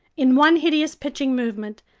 in one hideous pitching movement,